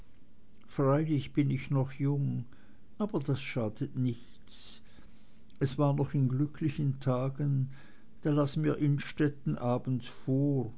freilich bin ich noch jung aber das schadet nichts es war noch in glücklichen tagen da las mir innstetten abends vor